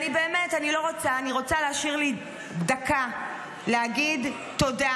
אני רוצה להשאיר לי דקה להגיד תודה.